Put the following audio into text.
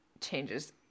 changes